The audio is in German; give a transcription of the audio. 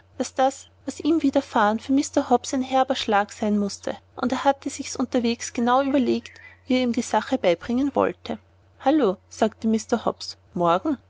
daß das was ihm widerfahren für mr hobbs ein herber schlag sein mußte und er hatte sich's unterwegs genau überlegt wie er ihm die sache beibringen wollte hallo sagte mr hobbs morgen